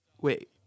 Wait